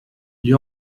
gli